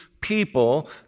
people